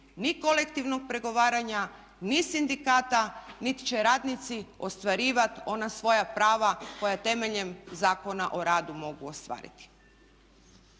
ni kolektivnog pregovaranja, ni sindikata, nit će radnici ostvarivat ona svoja prava koja temeljem Zakona o radu mogu ostvariti.